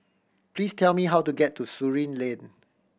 please tell me how to get to Surin Lane